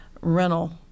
rental